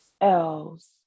else